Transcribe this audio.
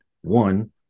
one